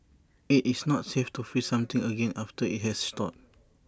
IT is not safe to freeze something again after IT has thawed